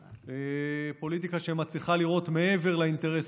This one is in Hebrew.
פוליטיקה שמצליחה לראות מעבר לאינטרס